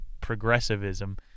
progressivism